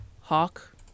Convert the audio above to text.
Hawk